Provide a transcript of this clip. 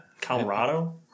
Colorado